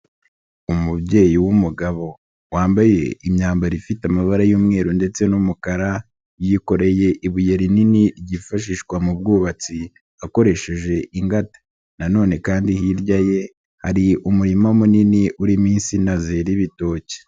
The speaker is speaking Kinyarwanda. Umubyeyi w'umugabo wambaye imyambaro ifite amabara y'umweru ndetse n'umukara, yikoreye ibuye rinini ryifashishwa mu bwubatsi akoresheje ingata, na none kandi hirya ye hari umurima munini urimo insina zera ibitoki.